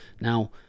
now